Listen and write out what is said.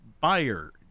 Buyer